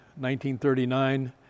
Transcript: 1939